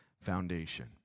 foundation